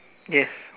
yes